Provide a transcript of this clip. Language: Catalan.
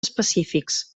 específics